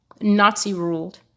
Nazi-ruled